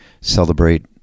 celebrate